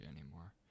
anymore